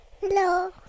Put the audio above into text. Hello